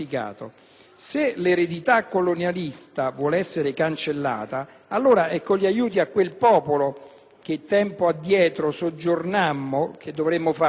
se l'eredità colonialista vuol esser cancellata, allora è con gli aiuti a quel popolo che tempo addietro soggiogammo che dovremmo farlo,